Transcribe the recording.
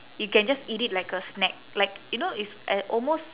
you can just eat it like a snack like you know it's a~ almost